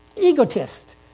egotist